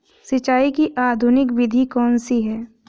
सिंचाई की आधुनिक विधि कौन सी है?